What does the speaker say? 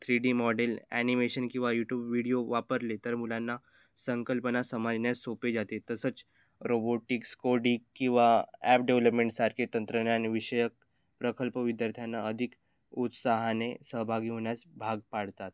three D model animation किंवा YouTube video वापरले तर मुलांना संकल्पना समजण्यास सोपे जाते तसंच रोबोटिक्स कोडिक किंवा ॲप डेव्हलपमेंटसारखे तंत्रज्ञान विषयक प्रकल्प विद्यार्थ्यांना अधिक उत्साहाने सहभागी होण्यास भाग पाडतात